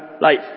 life